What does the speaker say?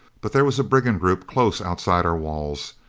but there was a brigand group close outside our walls!